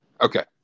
Okay